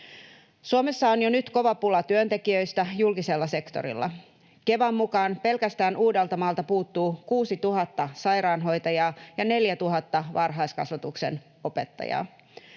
Suomessa on jo nyt kova pula työntekijöistä julkisella sektorilla. Kevan mukaan pelkästään Uudeltamaalta puuttua 6 000 sairaanhoitajaa ja 4 000 varhaiskasvatuksen opettajaa.